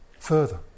further